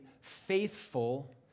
faithful